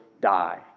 die